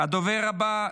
הדוברת הבאה,